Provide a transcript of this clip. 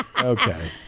Okay